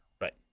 Right